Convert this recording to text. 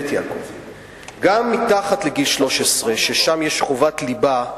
גם מתחת לגיל 13, ששם יש חובת ליבה,